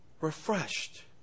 refreshed